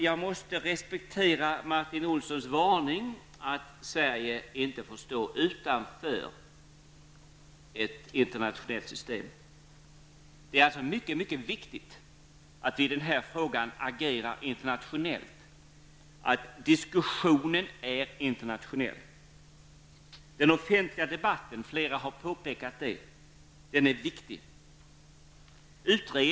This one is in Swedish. Jag måste respektera Martin Olssons varning att Sverige inte får stå utanför ett internationellt system. Det är alltså mycket viktigt att vi i den här frågan agerar internationellt, att diskussionen är internationell. Den offentliga debatten är, vilket flera har påpekat, viktig.